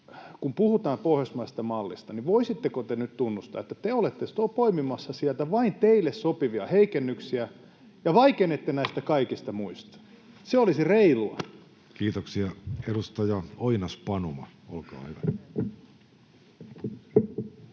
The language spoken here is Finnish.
kun puhutaan pohjoismaisesta mallista, niin voisitteko te nyt tunnustaa, että te olette poimimassa sieltä vain teille sopivia heikennyksiä ja vaikenette näistä kaikista muista? Se olisi